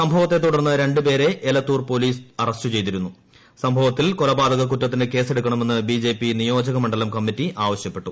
സംഭവത്തെ തുടർന്ന് രണ്ട് പേരെ എലത്തൂർ പോലീസ് അറസ്റ്റ് ചെയ്തിരുന്നു കൊലപാതക കുറ്റത്തിന് കേസെടുക്കണമെന്ന് ബി ജെ പി നിയോജക മണ്ഡലം കമ്മറ്റി ആവശ്യപ്പെട്ടു